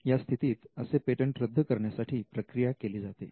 या स्थितीत असे पेटंट रद्द करण्यासाठी प्रक्रिया केले जाते